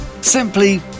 Simply